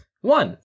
One